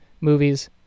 movies